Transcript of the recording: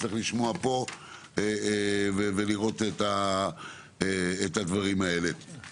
צריך לשמוע פה ולראות את הדברים האלה.